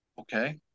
Okay